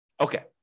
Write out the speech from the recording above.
Okay